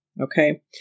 Okay